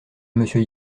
monsieur